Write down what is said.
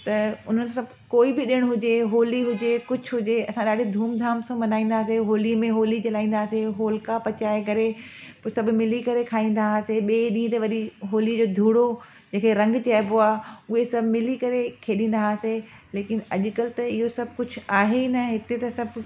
त हुन सभ कोई बि ॾिण हुजे होली हुजे कुझु हुजे असां ॾाढी धूमधाम सां मल्हाईंदा हुआसीं होली में होली जलाईंदा हुआसीं होलका पचाए करे सभ मिली करे खाईंदा हुआसीं ॿिए ॾींहं ते वरी होली जो धूड़ो जंहिंखे रंग चइबो आहे उहे सभ मिली करे खेॾंदा हुआसीं लेकिन अॼुकल्ह त इहो सभ कुझु आहे ई न हिते त सभ